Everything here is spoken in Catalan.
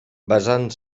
basant